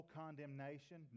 condemnation